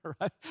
Right